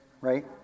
right